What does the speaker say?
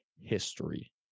history